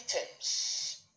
items